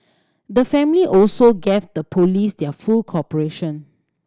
the family also gave the Police their full cooperation